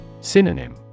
Synonym